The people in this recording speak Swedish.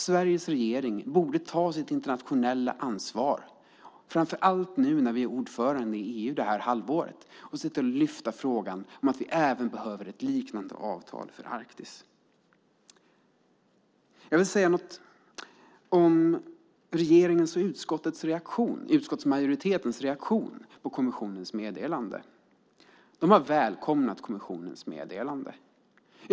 Sveriges regering borde ta sitt internationella ansvar, framför allt nu när Sverige är ordförande i EU det här halvåret, och se till att lyfta upp frågan om att vi behöver ett liknande avtal även för Arktis. Jag vill säga något om regeringens och utskottsmajoritetens reaktion på kommissionens meddelande. De har välkomnat meddelandet.